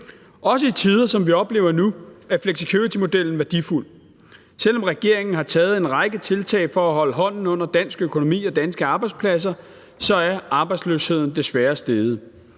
Også i tider, som vi oplever nu, er flexicuritymodellen værdifuld. Selv om regeringen har taget en række tiltag for at holde hånden under dansk økonomi og danske arbejdspladser, er arbejdsløsheden desværre steget.